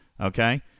Okay